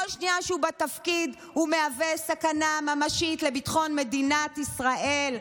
כל שנייה שהוא בתפקיד הוא מהווה סכנה ממשית לביטחון מדינת ישראל.